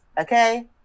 Okay